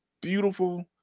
beautiful